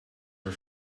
are